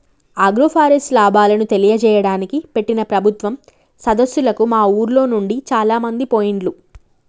agroforest లాభాలను తెలియజేయడానికి పెట్టిన ప్రభుత్వం సదస్సులకు మా ఉర్లోనుండి చాలామంది పోయిండ్లు